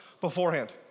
beforehand